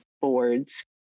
boards